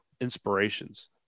inspirations